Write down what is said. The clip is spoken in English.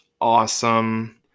awesome